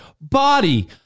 body